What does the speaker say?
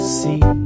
see